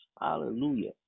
Hallelujah